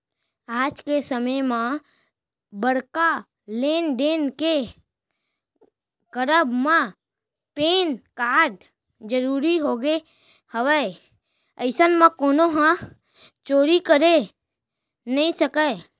आज के समे म बड़का लेन देन के करब म पेन कारड जरुरी होगे हवय अइसन म कोनो ह चोरी करे नइ सकय